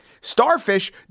Starfish